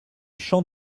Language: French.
chant